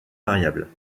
variable